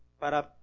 para